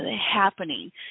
happening